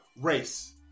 race